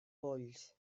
polls